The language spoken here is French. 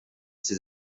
ses